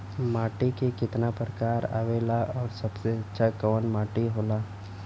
माटी के कितना प्रकार आवेला और सबसे अच्छा कवन माटी होता?